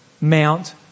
Mount